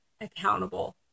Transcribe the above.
accountable